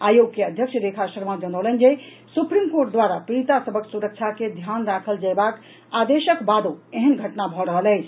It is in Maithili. आयोग के अध्यक्ष रेखा शर्मा जनौलनि जे सुप्रीम कोर्ट द्वारा पीड़िता सभक सुरक्षा के ध्यान राखल जयबाक आदेशक बादो एहन घटना भऽ रहल अछि